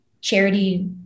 charity